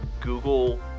Google